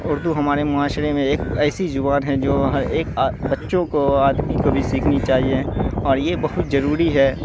اردو ہمارے معاشرے میں ایک ایسی زبان ہے جو ہر ایک بچوں کو آدمی کو بھی سیکھنی چاہیے اور یہ بہت ضروری ہے